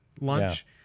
lunch